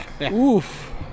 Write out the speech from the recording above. oof